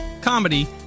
comedy